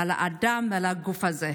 על האדם ועל הגוף הזה,